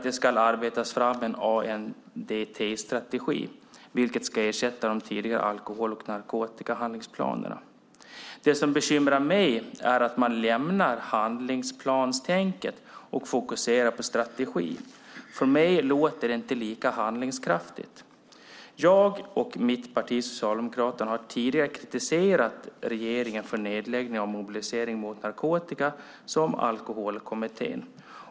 Det ska arbetas fram en ANDT-strategi som ska ersätta de tidigare alkohol och narkotikahandlingsplanerna. Det som bekymrar mig är att man lämnar handlingsplanstänket och fokuserar på strategi. För mig låter det inte lika handlingskraftigt. Jag och Socialdemokraterna har tidigare kritiserat regeringen för nedläggningen av Mobilisering mot narkotika och Alkoholkommittén.